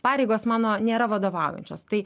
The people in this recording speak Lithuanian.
pareigos mano nėra vadovaujančios tai